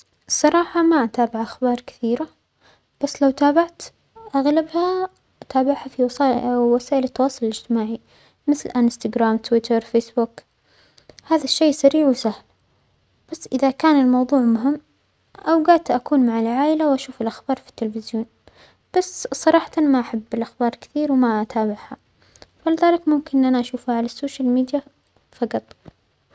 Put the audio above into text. الصراحة ما أتابع أخبار كثيرة، بس لو تابعت أغلبها أتابعها فى وسي وسائل التواصل الإجتماعي مثل إنستجرام، توير، فيسبوك، هذا الشيء سريع وسهل، بس إذا كان الموضوع مهم أوجات أكون مع العائلة وأشوف الأخبار في التلفزيون، بس صراحة ما أحب الأخبار كثير و ما أتابعها، ولذلك ممكن إن انا أشوفها على السوشيال ميديا فجط.